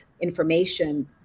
information